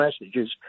messages